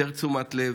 יותר תשומת לב,